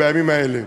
בימים האלה.